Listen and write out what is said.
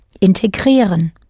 integrieren